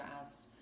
asked